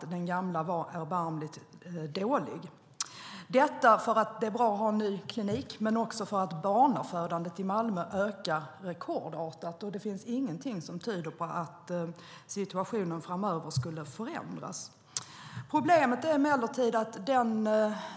Den gamla var erbarmligt dålig. Vi var glada eftersom det är bra att ha en ny klinik men också för att barnafödandet i Malmö ökar rekordartat, och det finns ingenting som tyder på att situationen kommer att förändras framöver. Problemet är emellertid att den